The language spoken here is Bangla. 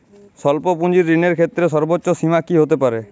স্বল্প পুঁজির ঋণের ক্ষেত্রে সর্ব্বোচ্চ সীমা কী হতে পারে?